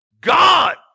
God